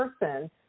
person